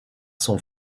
son